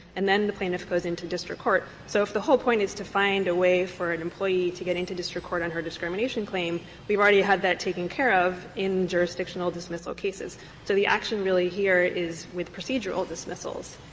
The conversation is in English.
and then plaintiff goes in to district court. so if the whole point is to find a way for an employee to get into district court on her discrimination claim, we've already had that taken care of in jurisdictional dismissal cases. so the action really here is with procedural dismissals.